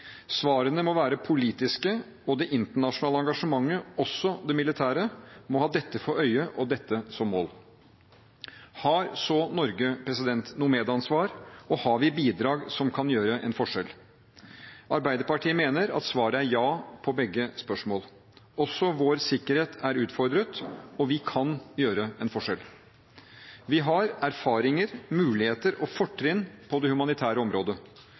Svarene må være politiske, og det internasjonale engasjementet, også det militære, må ha dette for øye og dette som mål. Har så Norge noe medansvar, og har vi bidrag som kan gjøre en forskjell? Arbeiderpartiet mener at svaret er ja på begge spørsmålene. Også vår sikkerhet er utfordret, og vi kan gjøre en forskjell. Vi har erfaringer, muligheter og fortrinn på det humanitære området.